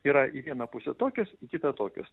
yra į vieną pusę tokios į kitą tokios